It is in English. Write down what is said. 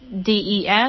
DES